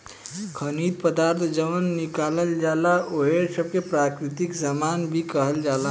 खनिज पदार्थ जवन निकालल जाला ओह सब के प्राकृतिक सामान भी कहल जाला